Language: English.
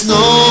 no